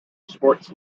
sports